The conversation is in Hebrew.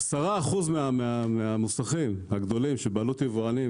10% מהמוסכים הגדולים שבבעלות יבואנים